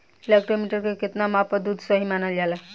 Lactometer के कितना माप पर दुध सही मानन जाला?